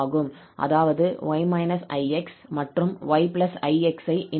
அதாவது 𝑦 − 𝑖𝑥 மற்றும் 𝑦 𝑖𝑥 ஐ இணைக்கிறோம்